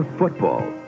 Football